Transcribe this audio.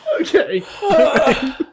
Okay